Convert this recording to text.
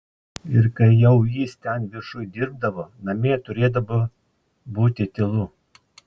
ir kai jau jis ten viršuj dirbdavo namie turėdavo būti tylu